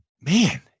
man